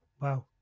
wow